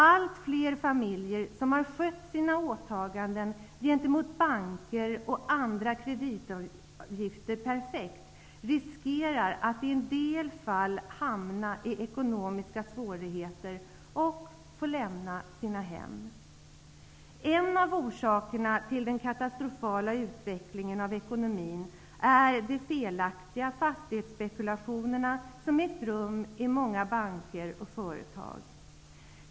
Allt fler familjer som perfekt skött såväl sina åtaganden gentemot banker som andra kreditutgifter riskerar att i en del fall hamna i ekonomiska svårigheter och få lämna sina hem. En av orsakerna till den katastrofala utvecklingen av ekonomin är de felaktiga fastighetsspekulationer som ägt rum i många banker och företag.